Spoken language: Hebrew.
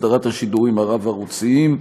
אסדרת השידורים הרב-ערוציים,